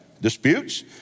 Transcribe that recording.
disputes